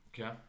Okay